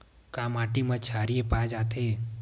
का माटी मा क्षारीय पाए जाथे?